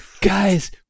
Guys